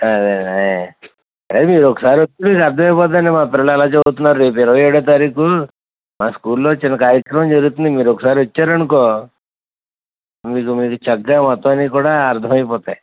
అదే ఆయ్ అదే మీరు ఒకసారి వస్తే మీకు అర్థం అయిపోతుంది అండి మా పిల్లలు ఎలా చదువుతున్నారో రేపు ఇరవై ఏడో తారీఖుమా స్కూల్లో చిన్న కార్యక్రమం జరుగుతుంది మీరు ఒకసారి వచ్చారు అనుకో మీకు చక్కగా మొత్తం అన్నీ కూడా అర్థం అయిపోతాయి